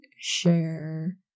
share